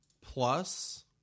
plus